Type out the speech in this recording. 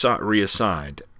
reassigned